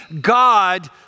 God